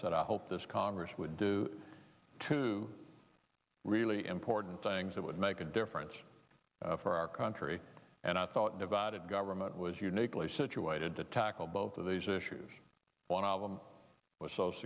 said i hope this congress would do two really important things that would make a difference for our country and i thought divided government was uniquely situated to tackle both of these issues one album was so